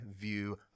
view